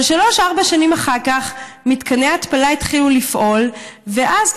אבל 4-3 שנים אחר כך מתקני ההתפלה התחילו לפעול ואז,